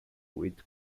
with